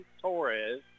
Torres